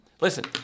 Listen